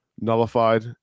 nullified